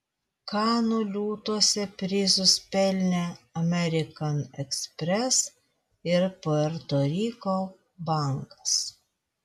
kanų liūtuose prizus pelnė amerikan ekspres ir puerto riko bankas